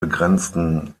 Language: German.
begrenzten